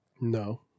No